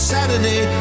Saturday